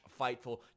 Fightful